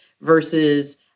versus